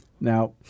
Now